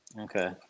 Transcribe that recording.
Okay